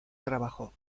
trabajo